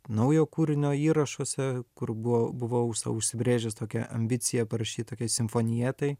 naujo kūrinio įrašuose kur buvo buvau sau užsibrėžęs tokią ambiciją parašyt tokiai simfonietai